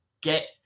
get